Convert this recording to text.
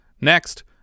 Next